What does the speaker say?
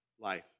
life